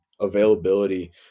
availability